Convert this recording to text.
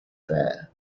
there